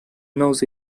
knows